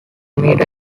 meter